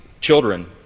children